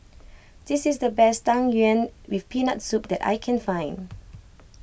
this is the best Tang Yuen with Peanut Soup that I can find